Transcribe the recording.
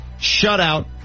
shutout